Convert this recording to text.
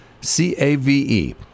C-A-V-E